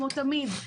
כמו תמיד,